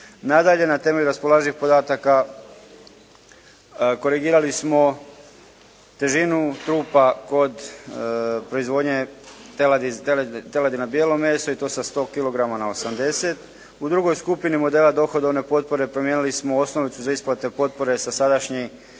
Nadalje, na temelju raspoloživih podataka korigirali smo težinu trupa kod proizvodnje teladi na bijelom mesu i to sa 100 kg na 80. U drugoj skupini modela dohodovne potpore promijenili smo osnovicu za isplatu potpore sa sadašnjih